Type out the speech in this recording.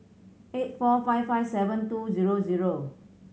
eight four five five seven two zero zero